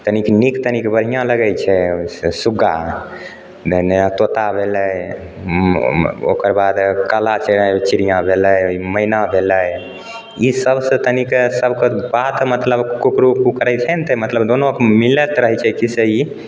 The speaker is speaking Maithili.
तनिक नीक तनिक बढ़िआँ लगैत छै ओहिसे सुग्गा नहि नया तोता भेलै ओकर बाद काला छै चिड़ियाँ भेलै मैना भेलै ई सबसे तनीक सबके बात मतलब कुकरू कू करैत छै ने तऽ मतलब दोनो मिलैत रहैत छै फिर से ई